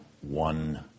one